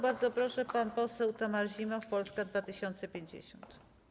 Bardzo proszę, pan poseł Tomasz Zimoch, Polska 2050.